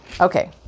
Okay